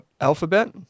Alphabet